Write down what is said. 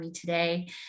today